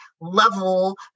level